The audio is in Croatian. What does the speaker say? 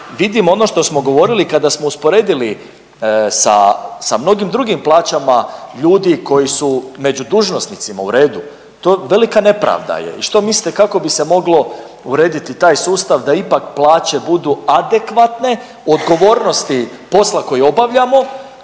vidim ono što smo govorili kada smo usporedili sa mnogim drugim plaćama ljudi koji su među dužnosnicima u redu, to velika nepravda je i što mislite kako bi se moglo urediti taj sustav da ipak plaće budu adekvatne odgovornosti posla koji obavljamo,